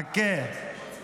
חכה.